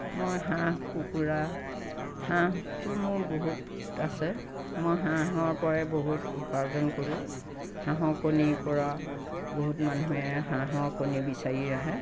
মই হাঁহ কুকুৰা হাঁহটো মোৰ বহুত আছে মই হাঁহৰ পৰাই বহুত উপাৰ্জন কৰোঁ হাঁহৰ কণীৰপৰা বহুত মানুহে হাঁহৰ কণী বিচাৰি আহে